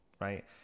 right